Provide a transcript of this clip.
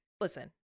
listen